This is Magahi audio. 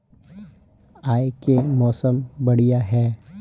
आय के मौसम बढ़िया है?